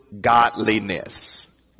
godliness